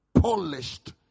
polished